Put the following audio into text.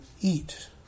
eat